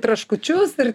traškučius ir